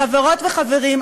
חברות וחברים,